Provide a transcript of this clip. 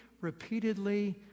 repeatedly